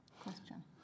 Question